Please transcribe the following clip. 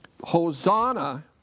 Hosanna